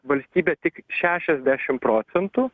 valstybė tik šešiasdešim procentų